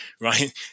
right